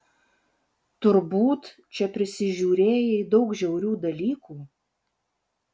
turbūt čia prisižiūrėjai daug žiaurių dalykų